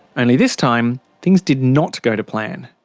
only, this time, things did not go to plan.